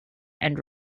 and